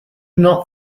not